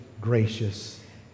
gracious